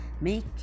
make